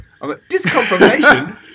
Disconfirmation